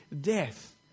death